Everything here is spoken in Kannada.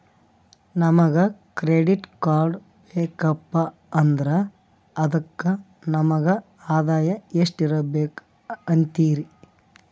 ನಮಗ ಕ್ರೆಡಿಟ್ ಕಾರ್ಡ್ ಬೇಕಪ್ಪ ಅಂದ್ರ ಅದಕ್ಕ ನಮಗ ಆದಾಯ ಎಷ್ಟಿರಬಕು ಅಂತೀರಿ?